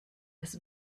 das